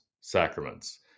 sacraments